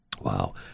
wow